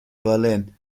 berlin